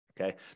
Okay